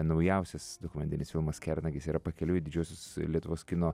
naujausias dokumentinis filmas kernagis yra pakeliui į didžiuosius lietuvos kino